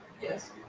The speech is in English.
Yes